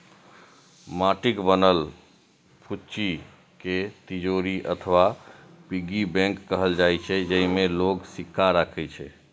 माटिक बनल फुच्ची कें तिजौरी अथवा पिग्गी बैंक कहल जाइ छै, जेइमे लोग सिक्का राखै छै